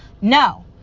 No